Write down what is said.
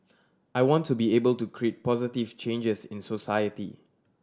I want to be able to create positive changes in society